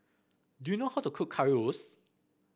do you know how to cook Currywurst